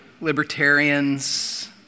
Libertarians